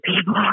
people